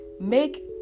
make